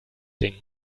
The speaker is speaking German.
ding